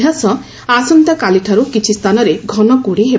ଏହା ସହ ଆସନ୍ତାକାଲିଠାରୁ କିଛି ସ୍ଥାନରେ ଘନ କୁହୁଡି ହେବ